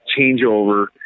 changeover